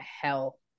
hell